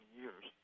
years